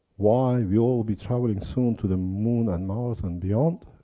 why we'll all be travelling soon to the moon, and mars and beyond,